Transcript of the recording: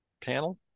panel